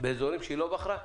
באזורים שהיא לא בחרה.